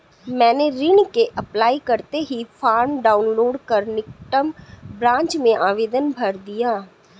मैंने ऋण के अप्लाई करते ही फार्म डाऊनलोड कर निकटम ब्रांच में आवेदन भर दिया